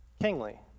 kingly